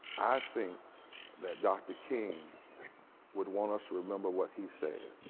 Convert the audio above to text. i think that dr. king would want us to remember what he said.